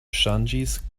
ŝanĝis